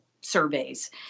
surveys